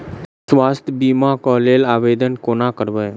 स्वास्थ्य बीमा कऽ लेल आवेदन कोना करबै?